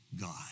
God